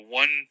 one